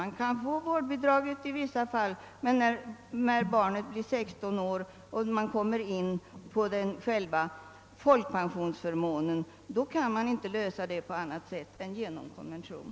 Man kan få vårdbidrag i vissa fall, men när barnet blir 16 år och bidraget skall räknas som socialförmån kan frågan bara lösas genom en konvention.